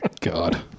God